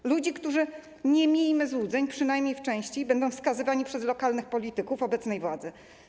To ludzie, którzy, nie miejmy złudzeń, przynajmniej w części będą wskazywani przez lokalnych polityków obecnej władzy.